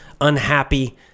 unhappy